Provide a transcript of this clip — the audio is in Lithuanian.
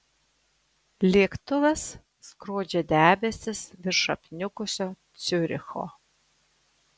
lėktuvas skrodžia debesis virš apniukusio ciuricho